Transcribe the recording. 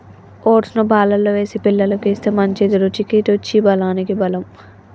oats ను పాలల్లో వేసి పిల్లలకు ఇస్తే మంచిది, రుచికి రుచి బలానికి బలం